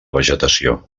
vegetació